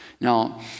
now